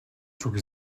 çok